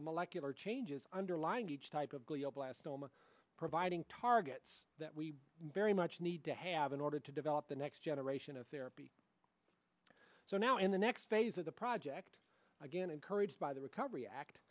the molecular changes underlying each type of glioblastoma providing targets that we very much need to have in order to develop the next generation of therapy so now in the next phase of the project again encouraged by the recovery act